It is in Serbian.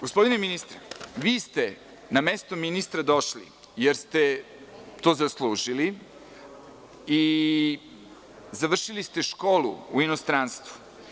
Gospodine ministre, vi ste na mestu ministra došli jer ste to zaslužili i završili ste školu u inostranstvu.